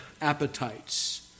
appetites